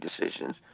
decisions